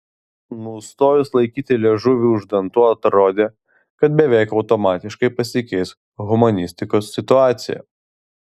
nustojus laikyti liežuvį už dantų atrodė kad beveik automatiškai pasikeis humanistikos situacija